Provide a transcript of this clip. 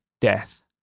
death